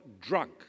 drunk